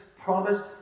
promised